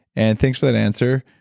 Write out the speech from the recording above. and thanks for that answer.